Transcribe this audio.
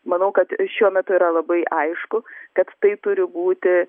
manau kad šiuo metu yra labai aišku kad tai turi būti